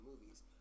movies